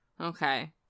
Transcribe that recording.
Okay